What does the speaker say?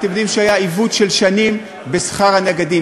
אתם יודעים שהיה עיוות של שנים בשכר הנגדים,